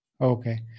Okay